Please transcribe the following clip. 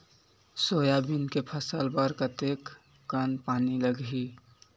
Soybean के फसल बर कतेक कन पानी लगही?